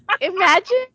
imagine